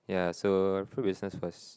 yea so fruit business first